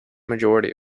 majority